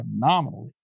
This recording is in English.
phenomenally